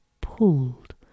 pulled